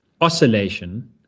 oscillation